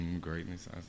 Greatness